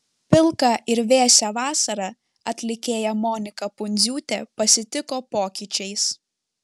pilką ir vėsią vasarą atlikėja monika pundziūtė pasitiko pokyčiais